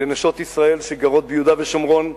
לנשות ישראל שגרות ביהודה ושומרון ובירושלים.